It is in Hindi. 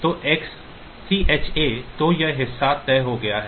तो XCH A तो यह हिस्सा तय हो गया है